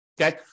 Okay